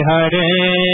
Hare